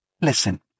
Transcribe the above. listen